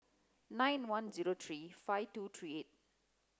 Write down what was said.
nine one zero three five two three eight